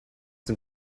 den